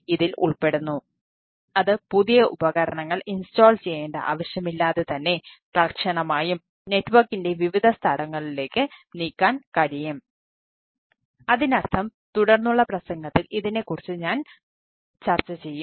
അതിനർത്ഥം തുടർന്നുള്ള പ്രസംഗത്തിൽ ഇതിനെ കുറിച്ച് ഞാൻ കുറച്ച് ചർച്ച ചെയ്യും